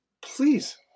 Please